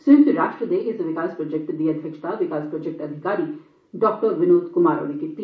संयुक्त राष्ट्रीय दा विकास प्रोजैक्ट दी अध्क्षता विकास प्रोजैक्ट अधिकारी डॉ विनोद कुमार होरें कीती